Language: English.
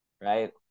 Right